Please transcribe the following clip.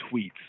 tweets